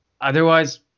otherwise